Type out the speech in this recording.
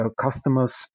customers